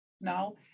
now